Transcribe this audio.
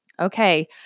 Okay